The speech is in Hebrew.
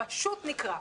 פשוט נקרע.